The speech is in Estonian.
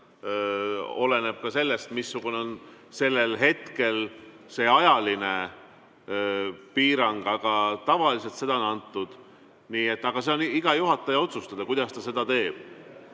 anda, oleneb sellest, missugune on sellel hetkel see ajaline piirang, aga tavaliselt seda on antud. Nii et see on iga juhataja otsustada, kuidas ta teeb.